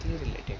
related